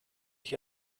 ich